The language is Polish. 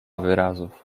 wyrazów